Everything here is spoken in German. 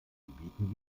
gebieten